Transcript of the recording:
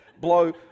blow